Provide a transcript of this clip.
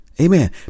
amen